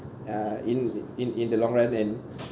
uh in in in the long run and